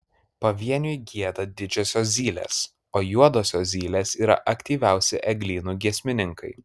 pavieniui gieda didžiosios zylės o juodosios zylės yra aktyviausi eglynų giesmininkai